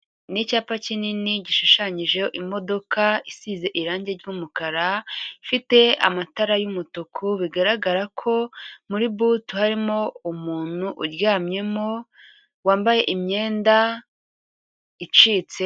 Ni cyapa kinini gishushanyijeho imodoka isize irange ry'umukara, ifite amatara y'umutuku bigaragara ko muri butu harimo umuntu uryamyemo wambaye imyenda icitse.